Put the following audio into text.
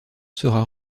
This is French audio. sera